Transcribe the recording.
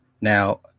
Now